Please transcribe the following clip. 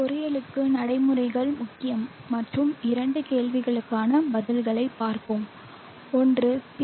பொறியியலுக்கு நடைமுறைகள் முக்கியம் மற்றும் இரண்டு கேள்விகளுக்கான பதில்களைப் பார்ப்போம் ஒன்று பி